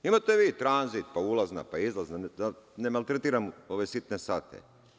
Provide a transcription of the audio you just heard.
Imate vi tranzit, pa ulazna, pa izlazna, da ne maltretiram u ove sitne sate.